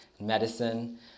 medicine